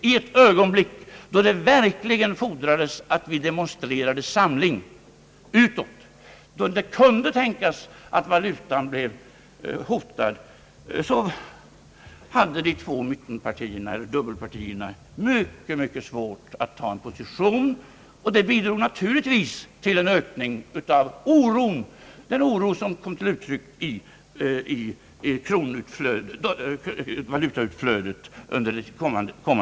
I ett ögonblick då det verkligen fordrades att vi demonstrera de samling utåt, då det kunde tänkas att valutan blev hotad, hade de två mittenpartierna eller dubbelpartierna — mycket svårt att ta en position, och det bidrog naturligtvis till ökning av oron, den oro som kom till uttryck i valIutautflödet under de kommande veckorna.